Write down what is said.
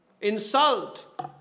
insult